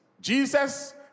Jesus